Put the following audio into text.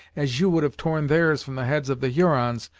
as you would have torn theirs from the heads of the hurons,